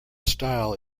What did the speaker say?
style